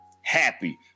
happy